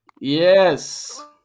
Yes